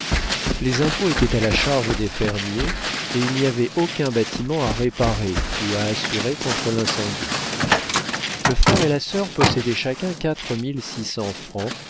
les impôts étaient à la charge des fermiers et il n'y avait aucun bâtiment à réparer ou à assurer contre l'incendie le frère et la sœur possédaient chacun